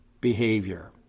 behavior